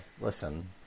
Listen